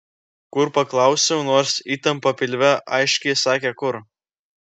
kur paklausiau nors įtampa pilve aiškiai sakė kur